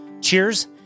Cheers